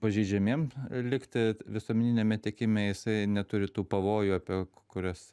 pažeidžiamiem likti visuomeniniame tiekime jisai neturi tų pavojų apie kuriuos